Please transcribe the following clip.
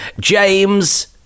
james